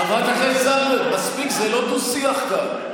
חברת הכנסת זנדברג, מספיק, זה לא דו-שיח כאן.